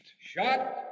Shot